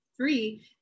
Three